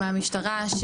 מהמשטרה,